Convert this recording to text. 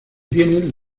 tienen